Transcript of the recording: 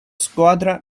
squadra